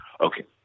Okay